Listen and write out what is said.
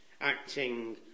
acting